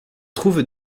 trouve